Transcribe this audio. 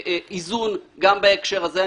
איזון גם בהקשר הזה.